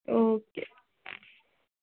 okay